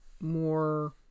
more